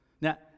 Now